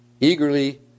eagerly